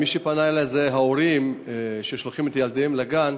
מי שפנו אלי אלה ההורים ששולחים את ילדיהם לגן.